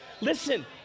Listen